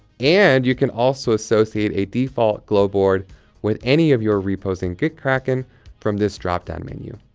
and you can also associate a default glo board with any of your repos in gitkraken from this drop down menu.